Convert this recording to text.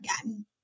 again